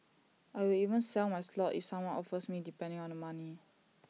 I will even sell my slot if someone offers me depending on the money